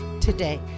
today